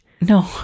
no